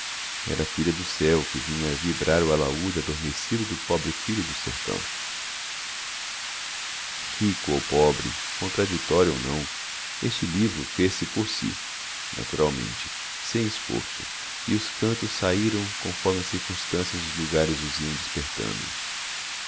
era a filha do céu que vinha vibrar o alaúde adormecido do pobre filho do sertão rico ou pobre contraditório ou não este livro fez-se por si naturalmente sem esforço e os cantos saíram conforme as circunstâncias e os lugares os iam despertando